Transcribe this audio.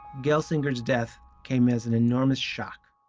gelsinger's death came as an enormous shock.